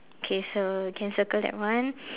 okay so can circle that one